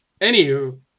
Anywho